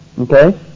Okay